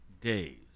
days